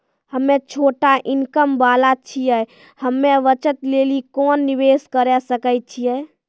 हम्मय छोटा इनकम वाला छियै, हम्मय बचत लेली कोंन निवेश करें सकय छियै?